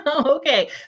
Okay